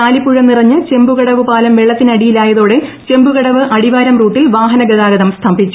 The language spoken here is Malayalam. ചാലിപ്പുഴ നിറഞ്ഞ് ചെമ്പുകടവ് പാലം വെളളത്തിനടിയിലായതോടെ ചെമ്പുകടവ് അടിവാരം റൂട്ടിൽ വാഹന ഗതാഗതം സ്തംഭിച്ചു